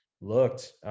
looked